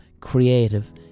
Creative